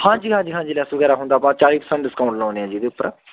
ਹਾਂਜੀ ਹਾਂਜੀ ਹਾਂਜੀ ਲੈਸ ਵਗੈਰਾ ਹੁੰਦਾ ਵਾ ਚਾਲੀ ਪਰਸੈਂਟ ਡਿਸਕਾਊਂਟ ਲਾਉਂਦੇ ਹਾਂ ਜੀ ਇਹਦੇ ਉੱਪਰ